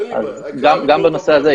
אין לי בעיה --- אז גם בנושא הזה,